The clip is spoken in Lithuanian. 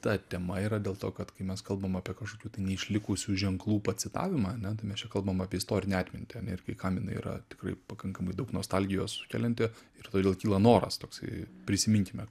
ta tema yra dėl to kad kai mes kalbam apie kažkokių tai neišlikusių ženklų pacitavimą ane tai mes čia kalbam apie istorinę atmintį ane ir kai kam inai yra tikrai pakankamai daug nostalgijos sukelianti ir todėl kyla noras toksai prisiminkime